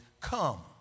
come